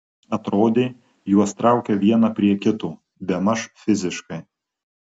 atrodė juos traukia vieną prie kito bemaž fiziškai